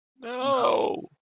No